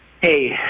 Hey